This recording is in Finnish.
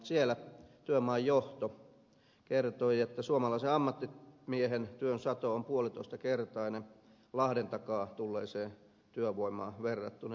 siellä työmaajohto kertoi että suomalaisen ammattimiehen työn sato on puolitoistakertainen lahden takaa tulleeseen työvoimaan verrattuna